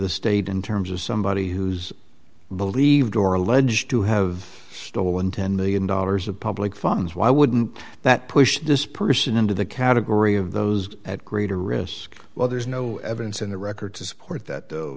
the state in terms of somebody who's believed or alleged to have stolen ten million dollars of public funds why wouldn't that push this person into the category of those at greater risk well there's no evidence in the record to support that